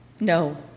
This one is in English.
No